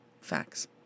Facts